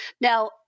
Now